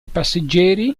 passeggeri